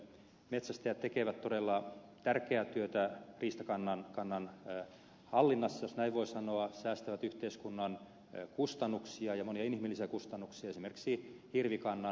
metsästäjät tekevät todella tärkeää työtä riistakannan hallinnassa jos näin voi sanoa säästävät yhteiskunnan kustannuksia ja monia inhimillisiä kustannuksia esimerkiksi hirvikannan kohtuullistamisella